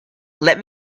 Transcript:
let